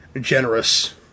generous